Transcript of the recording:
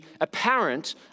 apparent